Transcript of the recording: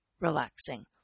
relaxing